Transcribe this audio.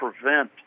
prevent